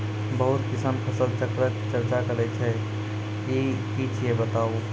बहुत किसान फसल चक्रक चर्चा करै छै ई की छियै बताऊ?